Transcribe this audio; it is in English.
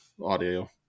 audio